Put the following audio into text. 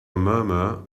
murmur